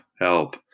help